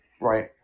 Right